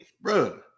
bro